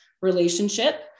relationship